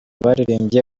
baririmbye